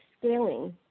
scaling